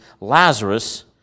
Lazarus